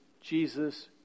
Jesus